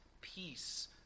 peace